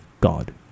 God